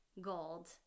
gold